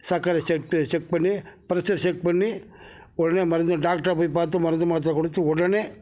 சக்கரை check check பண்ணி pressure check பண்ணி உடனே மருந்து டாக்டரை போய் பார்த்து மருந்து மாத்தரை கொடுத்து உடனே